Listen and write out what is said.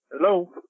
Hello